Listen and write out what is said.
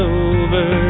over